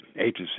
agency